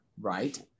Right